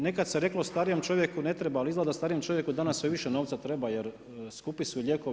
Nekad se reklo starijem čovjeku ne treba, ali izgleda da starijem čovjeku danas sve više novca treba jer skupi su lijekovi.